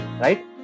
right